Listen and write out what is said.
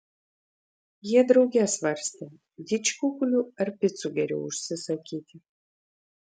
jie drauge svarstė didžkukulių ar picų geriau užsisakyti